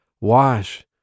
wash